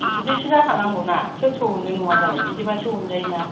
बिदिसो जाखानांगौना सोरथो अननो नङाबालाय बिदिबासो अनजायोना